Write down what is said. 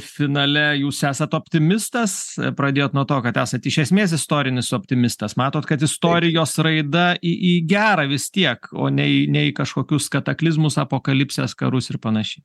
finale jūs esat optimistas pradėjot nuo to kad esate iš esmės istorinis optimistas matot kad istorijos raida į į gera vis tiek o ne ne į kažkokius kataklizmus apokalipses karus ir panašiai